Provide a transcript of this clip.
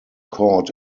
caught